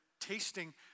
tasting